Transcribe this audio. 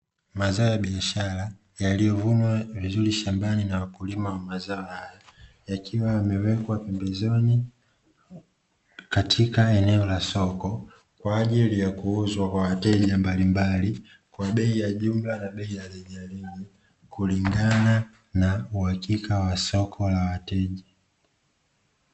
Mazao ya biashara yaliyovunwa vizuri shambani na wakulima mazao haya, yakiwa yamewekwa pembezoni katika eneo la soko, kwa ajili ya kuuzwa kwa wateja mbalimbali kwa bei ya jumla na bei ya rejareja kulingana na uhakika wa soko la wateja.